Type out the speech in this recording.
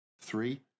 Three